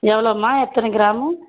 எவ்வளோம்மா எத்தனை கிராமு